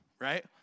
right